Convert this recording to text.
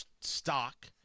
Stock